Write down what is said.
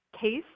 case